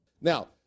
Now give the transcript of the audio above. Now